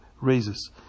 raises